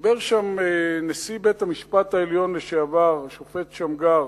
דיבר שם נשיא בית-המשפט העליון לשעבר, השופט שמגר,